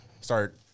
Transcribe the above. start